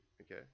Okay